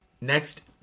Next